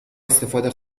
استفاده